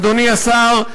אדוני השר,